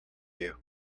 you